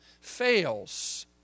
fails